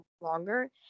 longer